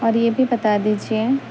اور یہ بھی بتا دیجیے